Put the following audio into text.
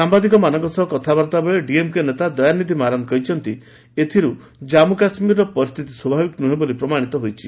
ସାମ୍ବାଦିକମାନଙ୍କ ସହ କଥାବାର୍ତ୍ତାବେଳେ ଡିଏମ୍କେ ନେତା ଦୟାନିଧି ମାରାନ୍ କହିଛନ୍ତି ଏଥିରୁ ଜନ୍ମୁ କାଶ୍ମୀରର ପରିସ୍ଥିତି ସ୍ୱାଭାବିକ ନୁହେଁ ବୋଲି ପ୍ରମାଶିତ ହୋଇଛି